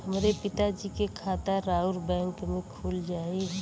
हमरे पिता जी के खाता राउर बैंक में खुल जाई?